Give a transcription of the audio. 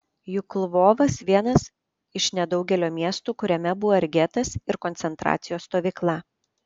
juk lvovas vienas iš nedaugelio miestų kuriame buvo ir getas ir koncentracijos stovykla